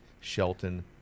Shelton